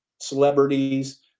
celebrities